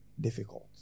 Difficult